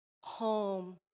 home